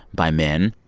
by men?